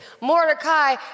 Mordecai